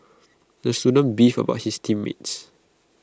the student beefed about his team mates